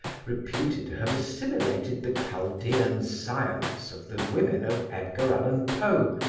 reputed to have assimilated the chaldean science of the women of edgar allen poe,